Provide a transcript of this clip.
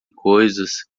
coisas